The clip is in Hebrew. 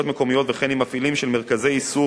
מקומיות וכן עם מפעילים של מרכזי איסוף,